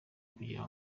kugira